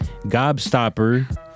Gobstopper